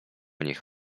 nich